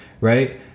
right